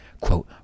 quote